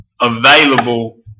available